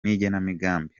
n’igenamigambi